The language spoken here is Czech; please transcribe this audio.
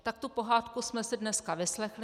Tak tu pohádku jsme si dneska vyslechli.